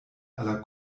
aller